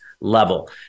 level